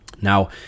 Now